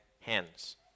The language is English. hands